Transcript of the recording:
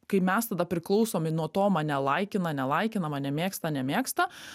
kai mes tada priklausomi nuo to mane laikina nelaikina mane nemėgsta nemėgsta